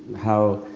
how,